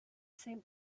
same